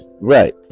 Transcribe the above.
Right